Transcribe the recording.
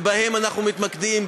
ובהם אנחנו מתמקדים,